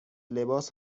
لباس